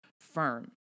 firm